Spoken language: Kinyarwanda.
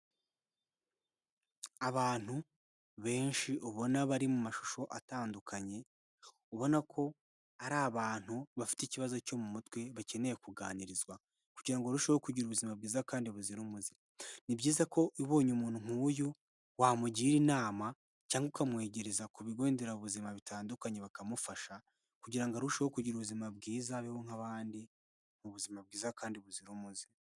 Abantu benshi ubona bari mu mashusho atandukanye ubona ko ari abantu bafite ikibazo cyo mu mutwe bakeneye kuganirizwa kugira ngo barusheho kugira ubuzima bwiza kandi buzira umuze. Ni byiza ko ubonye umuntu nk'uyu wamugira inama cyangwa ukamwegereza ku bigo nderabuzima bitandukanye bakamufasha kugira ngo arusheho kugira ubuzima bwiza abeho nk'abandi mu buzima bwiza kandi buzira umuze.